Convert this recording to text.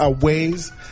ways